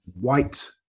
white